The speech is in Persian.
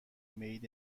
مید